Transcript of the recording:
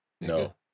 no